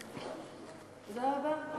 תודה רבה.